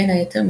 בין היתר,